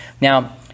Now